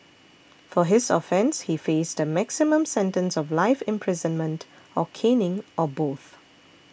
for his offence he faced a maximum sentence of life imprisonment or caning or both